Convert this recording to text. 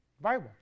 Bible